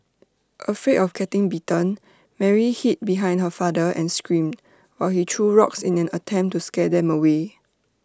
afraid of getting bitten Mary hid behind her father and screamed while he threw rocks in an attempt to scare them away